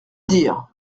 dire